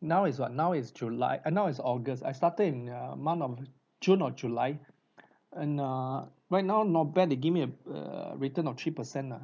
now is what now is july uh now is august I started in uh month of june or july and err right now not bad they give me a err return of three percent nah